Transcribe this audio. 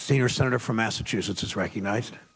senior senator from massachusetts is recognized